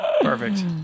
Perfect